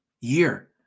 year